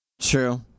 True